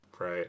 Right